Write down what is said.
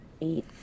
Eight